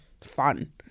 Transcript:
fun